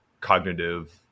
cognitive